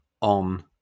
on